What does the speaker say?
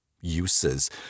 uses